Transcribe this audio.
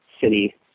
city